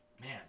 Man